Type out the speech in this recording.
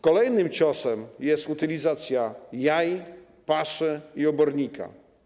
Kolejnym ciosem jest utylizacja jaj, paszy i obornika.